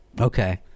Okay